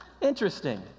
interesting